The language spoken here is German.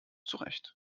zurecht